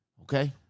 okay